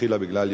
התשע"א 2011,